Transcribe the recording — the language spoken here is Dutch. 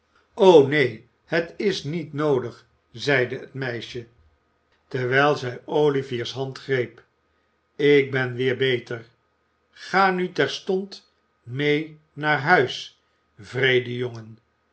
o neen het is niet noodig zeide het meisje terwijl zij oiivier's hand greep ik ben weer beter ga nu terstond mee naar huis wreede jongen